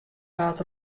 waard